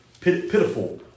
pitiful